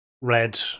Red